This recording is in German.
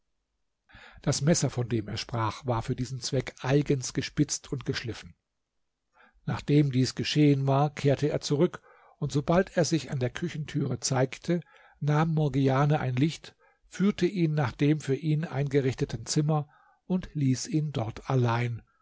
das messer von dem er sprach war für diesen zweck eigens gespitzt und geschliffen nachdem dies geschehen war kehrte er zurück und sobald er sich an der küchentüre zeigte nahm morgiane ein licht führte ihn nach dem für ihn eingerichteten zimmer und ließ ihn dort allein